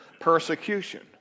persecution